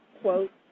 quote